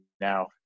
now